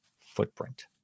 footprint